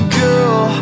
girl